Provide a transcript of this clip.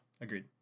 agreed